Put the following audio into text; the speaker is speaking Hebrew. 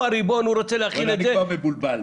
אני כבר מבולבל.